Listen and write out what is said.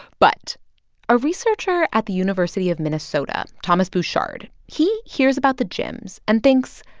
but a researcher at the university of minnesota, thomas bouchard, he hears about the jims and thinks,